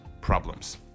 problems